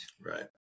Right